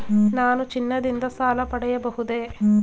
ನಾನು ಚಿನ್ನದಿಂದ ಸಾಲ ಪಡೆಯಬಹುದೇ?